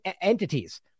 entities